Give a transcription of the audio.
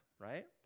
right